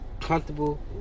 comfortable